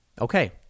Okay